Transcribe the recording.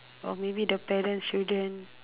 or maybe the parents children